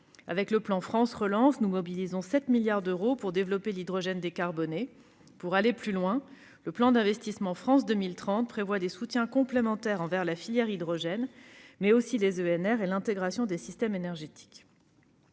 Avec le plan France Relance, nous mobilisons 7 milliards d'euros pour développer l'hydrogène décarboné. Pour aller plus loin encore, le plan d'investissement France 2030 prévoit des soutiens complémentaires envers la filière hydrogène, mais aussi les EnR et l'intégration des systèmes énergétiques.